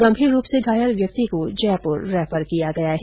गंभीर रूप से घायल व्यक्ति को जयपुर रैफर किया गया है